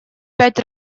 пять